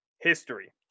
history